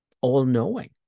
all-knowing